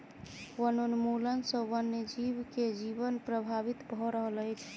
वनोन्मूलन सॅ वन जीव के जीवन प्रभावित भ रहल अछि